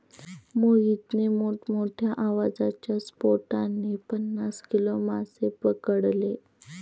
मोहितने मोठ्ठ्या आवाजाच्या स्फोटाने पन्नास किलो मासे पकडले